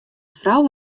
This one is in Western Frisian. frou